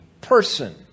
person